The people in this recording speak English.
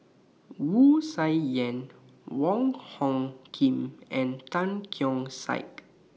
Wu Tsai Yen Wong Hung Khim and Tan Keong Saik